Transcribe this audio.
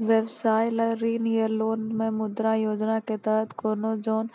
व्यवसाय ला ऋण या लोन मे मुद्रा योजना के तहत कोनो लोन